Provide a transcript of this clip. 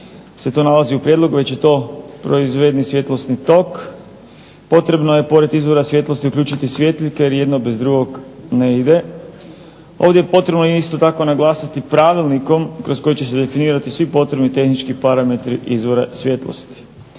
se to nalazi u prijedlogu već je to proizvedni svjetlosni tok. Potrebno je pored izvora svjetlosti uključiti svjetiljke jer jedno bez drugog ne ide. Ovdje je potrebno isto tako naglasiti pravilnikom kroz koji će se definirati svi potrebni tehnički parametri izvora svjetlosti.